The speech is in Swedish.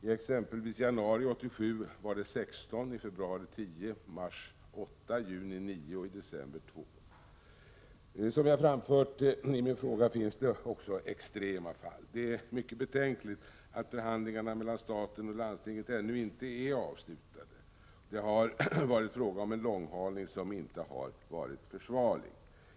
I exempelvis januari 1987 var det 16, i februari 10, i mars 8, i juni 9 och i december 2 personer. Som jag har framfört i min fråga finns det även extrema fall. Det är mycket betänkligt att förhandlingarna mellan staten och landstinget ännu inte är avslutade. Det har varit fråga om en långhalning som inte är försvarlig.